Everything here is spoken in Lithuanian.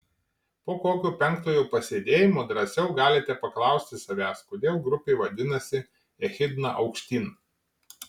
po kokio penktojo pasėdėjimo drąsiau galite paklausti savęs kodėl grupė vadinasi echidna aukštyn